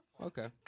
Okay